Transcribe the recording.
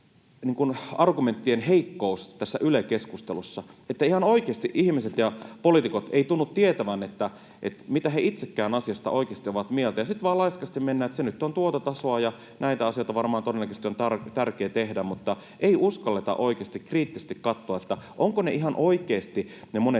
argumenttien heikkous tässä Yle-keskustelussa, että ihan oikeasti ihmiset ja poliitikot eivät tunnu tietävän, mitä he itsekään asiasta oikeasti ovat mieltä, ja sitten vain laiskasti mennään, että se nyt on tuota tasoa ja näitä asioita varmaan todennäköisesti on tärkeä tehdä, mutta ei uskalleta oikeasti kriittisesti katsoa, ovatko ihan oikeasti ne